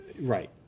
Right